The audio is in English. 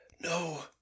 No